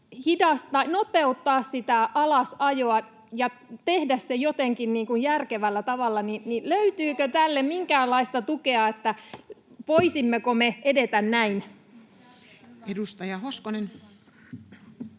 nopeuttaa sitä alasajoa ja tehdä se jotenkin järkevällä tavalla. Löytyykö tälle minkäänlaista tukea, voisimmeko me edetä näin? [Speech